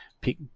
pick